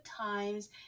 Times